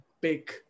big